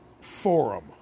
forum